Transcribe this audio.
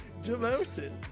demoted